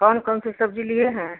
कौन कौन सी सब्ज़ी लिए हैं